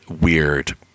weird